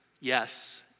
yes